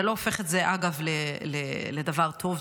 זה לא הופך את זה אגב לדבר טוב,